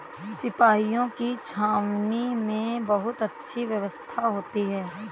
सिपाहियों की छावनी में बहुत अच्छी व्यवस्था होती है